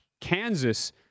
Kansas